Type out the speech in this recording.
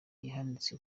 ihanitse